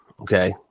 okay